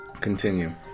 Continue